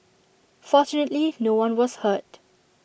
fortunately no one was hurt